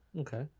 Okay